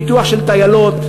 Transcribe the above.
פיתוח של טיילות,